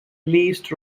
least